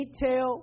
detail